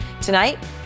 Tonight